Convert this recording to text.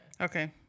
Okay